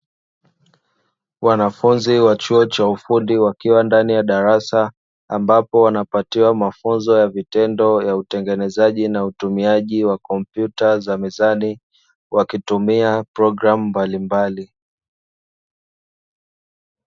Wanafunzi wa chuo cha ufundi wakiwa ndani ya darasa ambapo wanapatiwa mafunzo ya vitendo ya utengenezaji na utumiaji wa kompyuta za mezani wakitumia proglamu mbalimbali.